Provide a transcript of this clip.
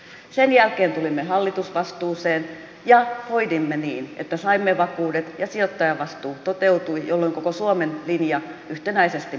sen jälkeen tulimme hallitusvastuuseen ja hoidimme niin että saimme vakuudet ja sijoittajavastuu toteutui jolloin koko suomen linja yhtenäisesti muuttui